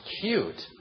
cute